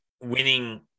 winning